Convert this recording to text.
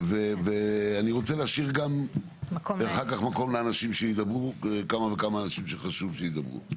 ואני רוצה להשאיר אחר כך מקום לאנשים שחשוב שידברו.